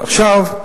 עכשיו,